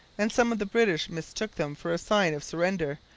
and some of the british mistook them for a sign of surrender.